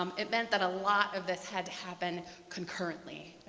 it meant that a lot of this had to happen concurrently.